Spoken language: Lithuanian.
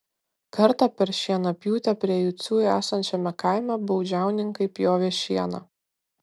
kartą per šienapjūtę prie jucių esančiame kaime baudžiauninkai pjovė šieną